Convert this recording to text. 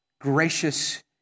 gracious